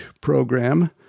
program